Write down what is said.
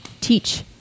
teach